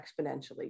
exponentially